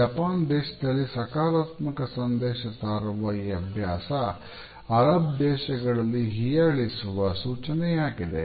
Japan ದೇಶದಲ್ಲಿ ಸಕಾರಾತ್ಮಕ ಸಂದೇಶ ಸಾರುವ ಈ ಅಭ್ಯಾಸ ಅರಬ್ ದೇಶಗಳಲ್ಲಿ ಹಿಯಾಳಿಸುವ ಸೂಚನೆಯಾಗಿದೆ